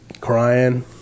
crying